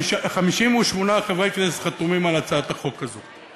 58 חברי כנסת חתומים על הצעת החוק הזאת.